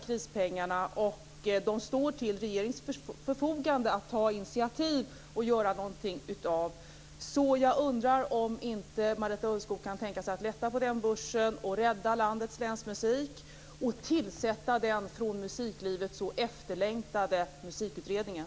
Krispengarna står till regeringens förfogande, och det är upp till regeringen att ta initiativ. Jag undrar om inte Marita Ulvskog kan tänka sig att lätta på den börsen och rädda landets länsmusik och tillsätta den för musiklivet så efterlängtade musikutredningen.